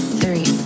three